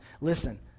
Listen